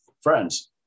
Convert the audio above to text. Friends